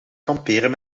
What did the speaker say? kamperen